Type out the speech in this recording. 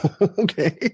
Okay